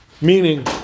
Meaning